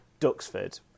Duxford